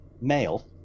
male